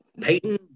Peyton